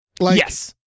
Yes